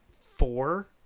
four